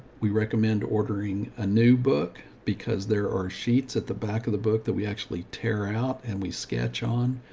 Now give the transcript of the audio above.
we recommend ordering a new book because there are sheets at the back of the book that we actually tear out and we sketch on.